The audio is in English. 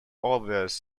obvious